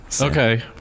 okay